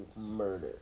murder